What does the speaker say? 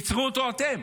עצרו אותו אתם.